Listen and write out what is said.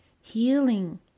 healing